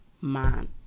man